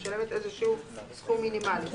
משלמת איזשהו סכום מינימלי.